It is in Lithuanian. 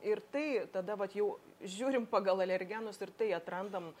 ir tai tada vat jau žiūrim pagal alergenus ir tai atrandam